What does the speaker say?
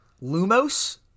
Lumos